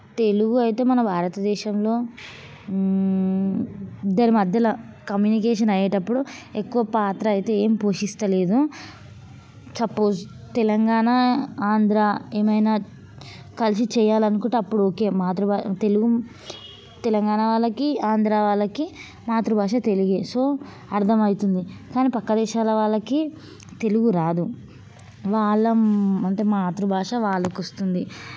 తెలుగు అయితే మనం భారత దేశంలో ఇద్దరి మధ్యలో కమ్యూనికేషన్ అయ్యేటప్పుడు ఎక్కువ పాత్ర అయితే ఏం పోషిస్తలేదు సపోజ్ తెలంగాణ ఆంధ్ర ఏమైనా కలిసి చేయాలి అనుకుంటే అప్పుడు ఓకే మాతృ తెలుగు తెలంగాణ వాళ్ళకి ఆంధ్ర వాళ్ళకి మాతృభాష తెలుగే సో అర్థమవుతుంది కానీ ప్రక్క దేశాల వాళ్ళకి తెలుగు రాదు వాళ్ళం అంటే మాతృభాష వాళ్ళకి వస్తుంది